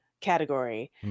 category